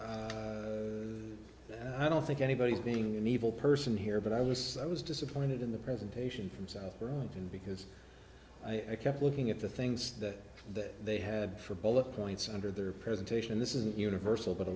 was i don't think anybody's being an evil person here but i was i was disappointed in the presentation from south korea because i kept looking at the things that that they had for bullet points under their presentation this isn't universal but a